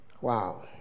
Wow